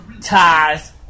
ties